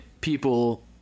people